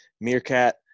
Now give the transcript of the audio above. Meerkat